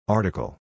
Article